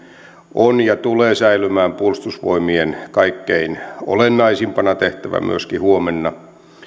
on ja tulee säilymään puolustusvoimien kaikkein olennaisimpana tehtävänä myöskin huomenna